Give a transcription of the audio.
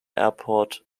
airport